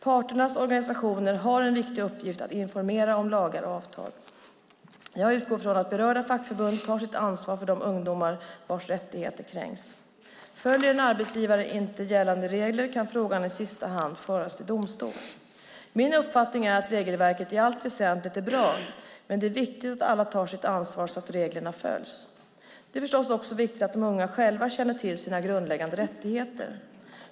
Parternas organisationer har en viktig uppgift att informera om lagar och avtal. Jag utgår från att berörda fackförbund tar sitt ansvar för de ungdomar vars rättigheter kränks. Följer en arbetsgivare inte gällande regler kan frågan i sista hand föras till domstol. Min uppfattning är att regelverket i allt väsentligt är bra, men det är viktigt att alla tar sitt ansvar så att reglerna följs. Det är förstås också viktigt att de unga själva känner till sina grundläggande rättigheter.